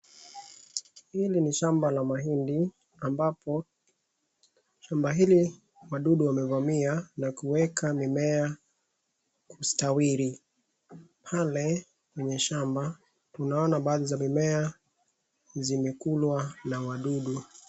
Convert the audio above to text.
Hili ni shamba la mahindi ambapo shamba hili wadudu wamevamia na kueka mimea kustawili. Pale kwenye shamba tunaona baadhi za mimea zimekulwa na wadudu.